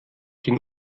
den